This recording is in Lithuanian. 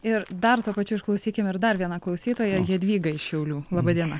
ir dar tuo pačiu išklausykim ir dar vieną klausytoją jadvygą iš šiaulių laba diena